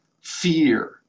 fear